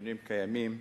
הנתונים קיימים.